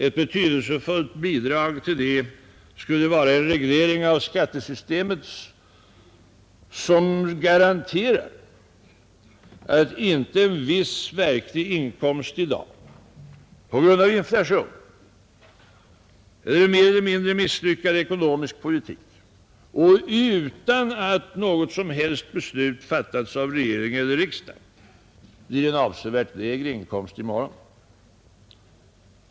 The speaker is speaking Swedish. Ett betydelsefullt bidrag härtill skulle vara en reglering av skattesystemet som garanterar att inte en viss verklig inkomst i dag — på grund av inflation och en mer eller mindre misslyckad ekonomisk politik och utan att något som helst beslut fattats av regering och riksdag — blir en avsevärt lägre inkomst i morgon.